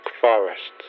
forests